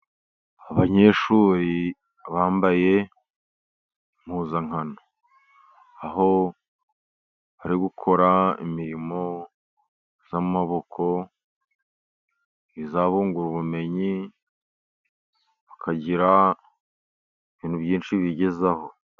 Abanyeshuri bambaye impuzankano. Aho bari gukora imirimo y'amaboko, izabungura ubumenyi, bakagira ibintu byinshi bigezaho.